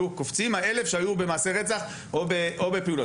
קופצים ה-1,000 שהיו במעשה רצח או בפעולות,